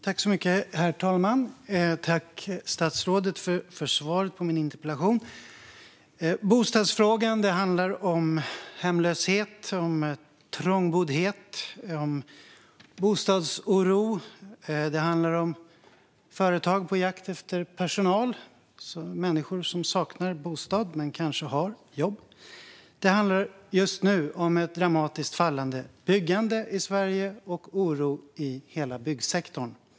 Herr talman! Tack, statsrådet, för svaret på min interpellation! Bostadsfrågan handlar om hemlöshet, trångboddhet och bostadsoro. Den handlar om företag på jakt efter personal och om människor som saknar bostad men som kanske har jobb. Den handlar just nu också om ett dramatiskt fallande byggande i Sverige och oro i hela byggsektorn.